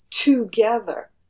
together